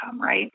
Right